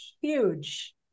huge